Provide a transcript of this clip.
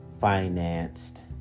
financed